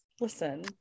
listen